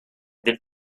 del